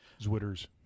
Zwitters